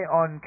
on